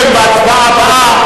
נתקבלה.